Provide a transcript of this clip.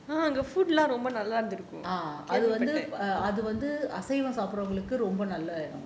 uh அது வந்து அது வந்து அசைவம் சாப்பிடரவங்களுக்கு ரொம்ப நல்ல இடம்:athu vanthu athu vanthu asaivam sapidaravangaluku romba nalla idam